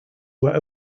were